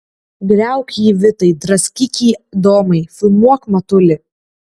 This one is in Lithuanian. griauk jį vitai draskyk jį domai filmuok matuli